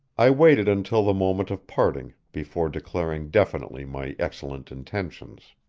i waited until the moment of parting before declaring definitely my excellent intentions.